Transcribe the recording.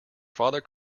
father